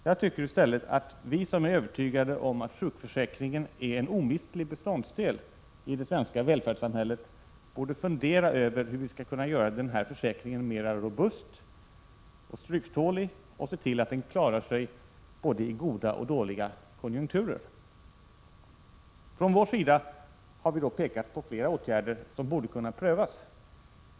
Jag tycker att vi som är övertygade om att sjukförsäkringen är en omistlig beståndsdel i det svenska välfärdssamhället i stället borde fundera över hur vi skall kunna göra försäkringen mera robust och stryktålig och se till att den klarar sig i både goda och dåliga konjunkturer. Från vår sida har vi pekat på flera åtgärder som borde kunna prövas.